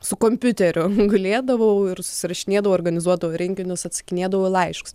su kompiuteriu gulėdavau ir susirašinėdavau organizuodavau renginius atsakinėdavau į laiškus